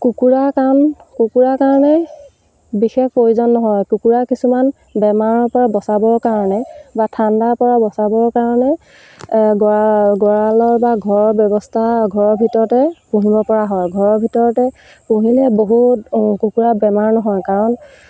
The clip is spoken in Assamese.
কুকুৰা কাৰণ কুকুৰা কাৰণে বিশেষ প্ৰয়োজন নহয় কুকুৰা কিছুমান বেমাৰৰপৰা বচাবৰ কাৰণে বা ঠাণ্ডাৰপৰা বচাবৰ কাৰণে গড়াল গড়ালৰ বা ঘৰৰ ব্যৱস্থা ঘৰৰ ভিতৰতে পুহিব পৰা হয় ঘৰৰ ভিতৰতে পুহিলে বহুত কুকুৰা বেমাৰ নহয় কাৰণ